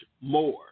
more